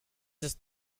ist